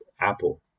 Apple